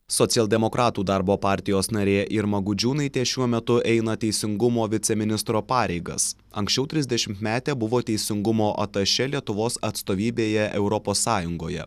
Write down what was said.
socialdemokratų darbo partijos narė irma gudžiūnaitė šiuo metu eina teisingumo viceministro pareigas anksčiau trisdešimtmetė buvo teisingumo atašė lietuvos atstovybėje europos sąjungoje